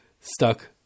stuck